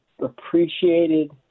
appreciated